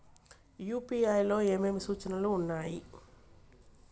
UPI లో ఏమేమి సూచనలు ఉన్నాయి?